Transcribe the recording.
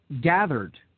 gathered